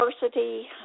diversity